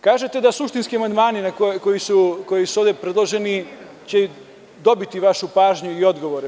Kažete da suštinski amandmani koji su ovde predloženi će dobiti vašu pažnju i odgovore.